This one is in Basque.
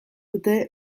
dute